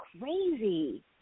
crazy